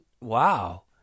wow